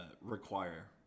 require